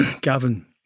Gavin